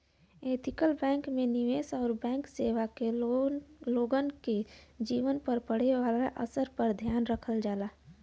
ethical bank में निवेश आउर बैंक सेवा क लोगन के जीवन पर पड़े वाले असर पर ध्यान रखल जाला